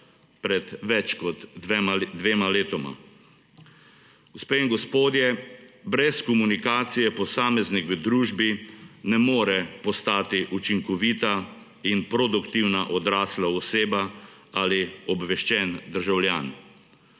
pred več kot dvema letoma. Gospe in gospodje, brez komunikacije posameznik v družbi ne more postati učinkovita in produktivna odrasla oseba ali obveščen državljan.